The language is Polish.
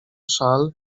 szal